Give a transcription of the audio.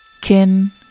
Kin